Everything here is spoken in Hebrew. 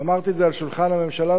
אמרתי את זה ליד שולחן הממשלה,